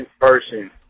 person